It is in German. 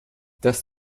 das